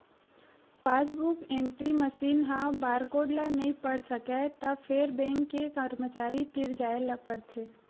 passbook entry machine ह barcode ल नइ पढ़ सकय त फेर बेंक के करमचारी तीर जाए ल परथे